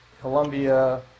Colombia